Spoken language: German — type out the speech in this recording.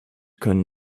können